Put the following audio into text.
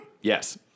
Yes